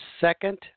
second